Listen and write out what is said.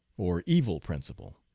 or evil principle.